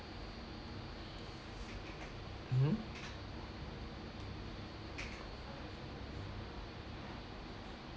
mmhmm